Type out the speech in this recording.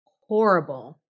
horrible